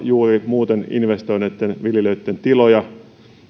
juuri investoineitten viljelijöitten tiloja